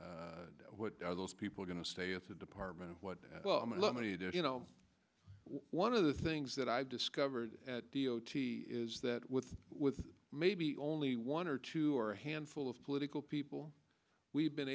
disbursed what are those people going to say it's the department of what well let me there you know one of the things that i've discovered at d o t is that with with maybe only one or two or a handful of political people we've been